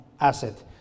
asset